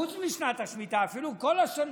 חוץ משנת השמיטה, אפילו כל השנים.